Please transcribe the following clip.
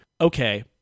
okay